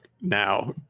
now